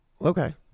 Okay